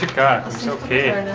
that's okay!